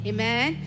Amen